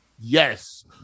yes